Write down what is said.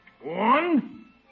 One